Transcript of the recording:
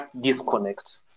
disconnect